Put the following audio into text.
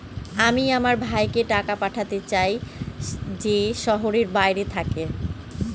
আমি আমার ভাইকে টাকা পাঠাতে চাই যে শহরের বাইরে থাকে